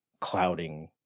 clouding